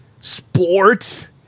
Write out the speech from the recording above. sports